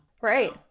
Right